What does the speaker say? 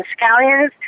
scallions